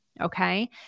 Okay